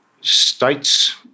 states